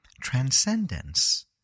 transcendence